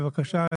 בבקשה,